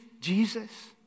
Jesus